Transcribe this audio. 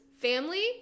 family